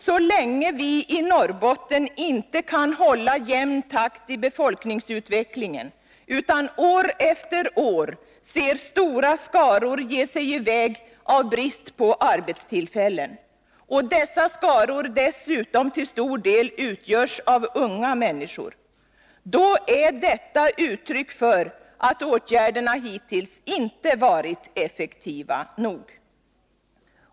Så länge vi i Norrbotten inte kan hålla jämn takt i befolkningsutvecklingen utan år efter år ser stora skaror ge sig i väg på grund av brist på arbetstillfällen — och dessa skaror dessutom till stor del utgörs av unga människor — är detta uttryck för att åtgärderna hittills inte varit effektiva nog.